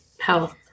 health